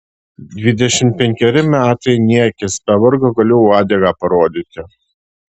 dvidešimt penkeri metai niekis be vargo galiu uodegą parodyti